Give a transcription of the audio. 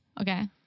Okay